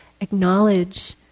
acknowledge